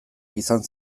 izan